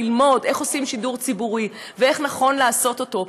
ללמוד איך עושים שידור ציבורי ואיך נכון לעשות אותו.